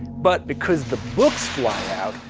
but because the books fly out,